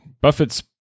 Buffett's